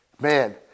man